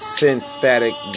synthetic